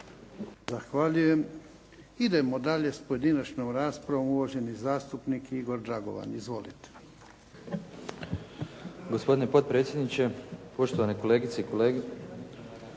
Zahvaljujem. Idemo dalje sa pojedinačnom raspravom. Uvaženi zastupnik Igor Dragovan. Izvolite.